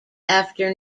after